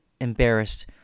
embarrassed